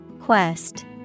Quest